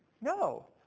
No